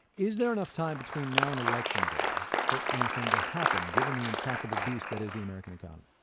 is there enough time between now and election day for anything to happen given the intractable beast that is the american economy?